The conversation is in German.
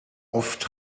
oft